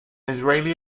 israeli